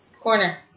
corner